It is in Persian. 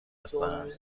هستند